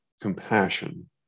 compassion